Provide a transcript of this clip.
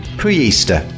pre-Easter